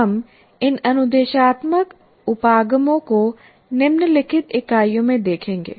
हम इन अनुदेशात्मक उपागमों को निम्नलिखित इकाइयों में देखेंगे